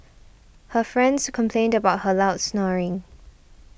her friends complained about her loud snoring